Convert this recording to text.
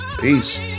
Peace